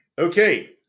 okay